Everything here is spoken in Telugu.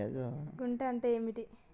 గుంట అంటే ఏంది?